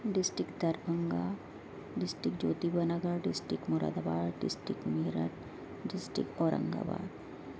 district Darbhanga district Jyotiba Nagar district Moradabad district Meerut district Aurang آباد